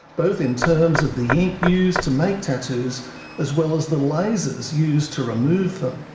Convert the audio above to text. both in terms of the ink used to make tattoos as well as the lasers used to remove them.